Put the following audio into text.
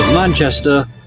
Manchester